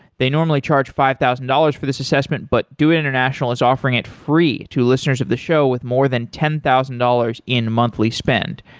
they normally charge five thousand dollars for this assessment, but doit international is offering it free to listeners of the show with more than ten thousand dollars in monthly spend.